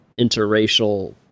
interracial